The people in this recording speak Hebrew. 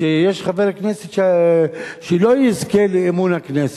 שיש חבר כנסת שלא יזכה לאמון הכנסת.